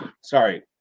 Sorry